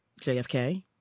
JFK